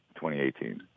2018